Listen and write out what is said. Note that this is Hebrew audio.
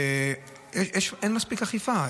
הוא אין מספיק אכיפה,